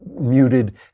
muted